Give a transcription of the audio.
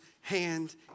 hand